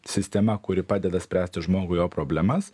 sistema kuri padeda spręsti žmogui jo problemas